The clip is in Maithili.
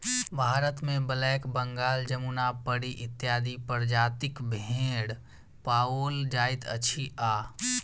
भारतमे ब्लैक बंगाल, जमुनापरी इत्यादि प्रजातिक भेंड़ पाओल जाइत अछि आ